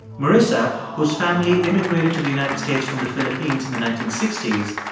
marisa, whose family immigrated to the united states from the philippines in the nineteen sixty s,